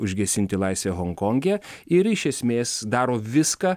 užgesinti laisvę honkonge ir iš esmės daro viską